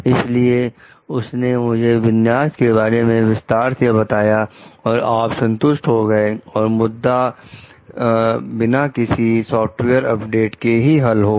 इसलिए उसने मुझे विन्यास के बारे में विस्तार से बताया और आप संतुष्ट हो गए की मुद्दा बिना किसी सॉफ्टवेयर अपडेट के ही हल हो गया